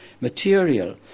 material